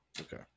Okay